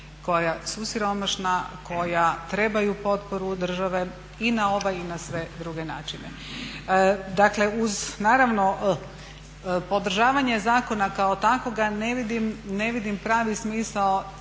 koja su siromašna, koja trebaju potporu države i na ovaj i na sve druge načine. Dakle uz naravno podržavanje zakona kao takvoga ne vidim pravi smisao